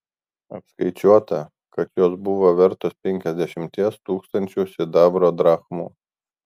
apskaičiuota kad jos buvo vertos penkiasdešimties tūkstančių sidabro drachmų